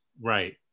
Right